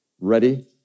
ready